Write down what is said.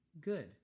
good